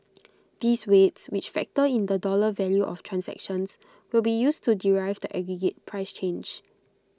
these weights which factor in the dollar value of transactions will be used to derive the aggregate price change